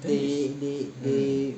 they they they